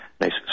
nice